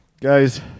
Guys